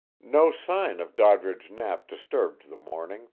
no sign of doddridge knapp disturbed the morning,